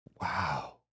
Wow